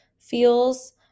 feels